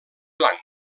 blanc